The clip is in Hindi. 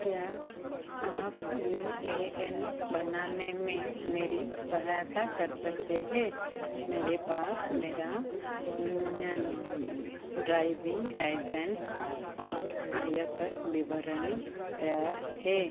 क्या आप यू ए एन बनाने में मेरी सहायता कर सकते हैं मेरे पास मेरा ड्राइविंग लाइसेंस और आयकर विवरणी तैयार है